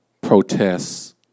protests